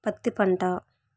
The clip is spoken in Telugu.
పత్తి పంట